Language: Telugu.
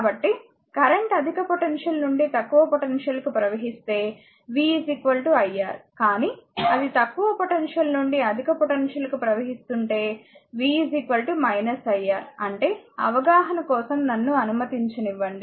కాబట్టి కరెంట్ అధిక పొటెన్షియల్ నుండి తక్కువ పొటెన్షియల్ కు ప్రవహిస్తే v iR కానీ అది ఒక తక్కువ పొటెన్షియల్ నుండి అధిక పొటెన్షియల్ కు ప్రవహిస్తుంటే v iR అంటే అవగాహన కోసం నన్ను అనుమతించనివ్వండి